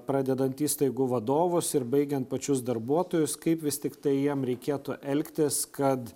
pradedant įstaigų vadovus ir baigiant pačius darbuotojus kaip vis tiktai jiem reikėtų elgtis kad